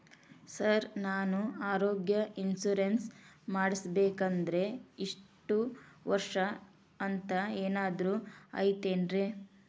Sir ನಾನು ಆರೋಗ್ಯ insurance ಮಾಡಿಸ್ಬೇಕಂದ್ರೆ ಇಷ್ಟ ವರ್ಷ ಅಂಥ ಏನಾದ್ರು ಐತೇನ್ರೇ?